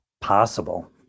possible